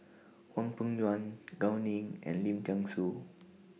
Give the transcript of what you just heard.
Hwang Peng Yuan Gao Ning and Lim Thean Soo